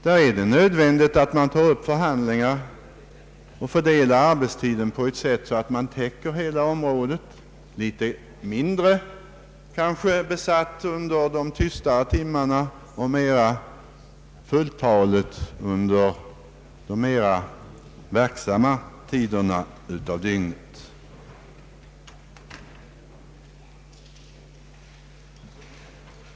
Där är det nödvändigt att man tar upp förhandlingar och fördelar arbetstiden på ett sådant sätt att man täcker hela området, litet mindre kanske under de tysta timmarna och mera fulltaligt under de mera verksamma tiderna av dygnet.